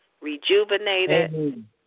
rejuvenated